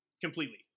completely